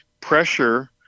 pressure